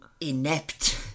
inept